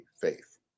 faith